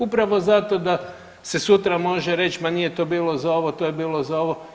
Upravo zato da se sutra može reći ma nije to bilo za ovo, to je bilo za ovo.